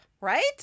right